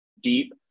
deep